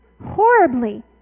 horribly